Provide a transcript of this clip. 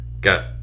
got